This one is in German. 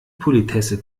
politesse